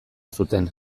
zuten